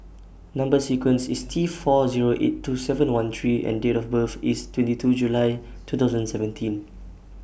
Number sequence IS T four Zero eight two seven one three E and Date of birth IS twenty two July two thousand and seventeen